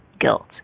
guilt